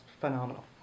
phenomenal